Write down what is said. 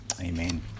Amen